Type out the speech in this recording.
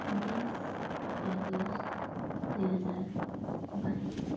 बिस अगस्ट दुई हजार बाइस